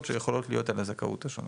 שיכולות להיות על הזכאויות השונות.